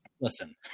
listen